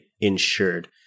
insured